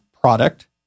product